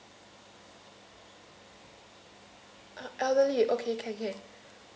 uh elderly okay can can